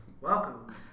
welcome